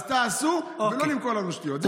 אז תעשו, ולא למכור לנו שטויות.